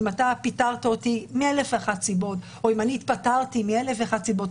אם אתה פיטרת אותי מאלף ואחת סיבות או אם אני התפטרתי מאלף ואחת סיבות,